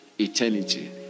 eternity